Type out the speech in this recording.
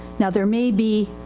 now there may be,